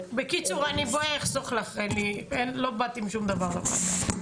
בקיצור, אני אחסוך לך, לא באת עם שום דבר לוועדה.